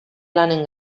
lanen